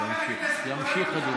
תן לו הודעה אישית.